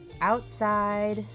Outside